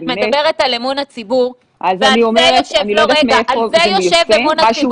את מדברת על אמון הציבור, על זה יושב אמון הציבור.